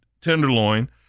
tenderloin